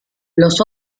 los